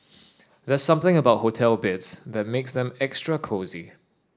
there's something about hotel beds that makes them extra cosy